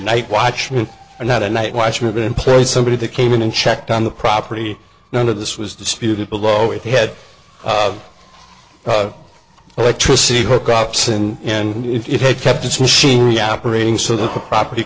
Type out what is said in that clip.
night watchman and not a night watchman employee somebody that came in and checked on the property none of this was disputed below if they had electricity hookups and and if they kept its machinery operating so the property